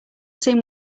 seem